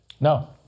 No